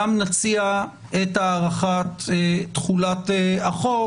גם נציע את הארכת תחולת החוק,